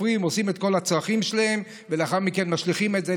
חופרים ועושים את כל הצרכים שלהם ולאחר מכן משליכים את זה,